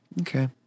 Okay